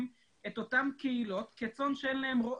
את אותן קהילות כצאן שאין להם רועה,